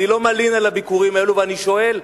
אני לא מלין על הביקורים האלו, אני שואל: